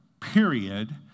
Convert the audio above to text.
period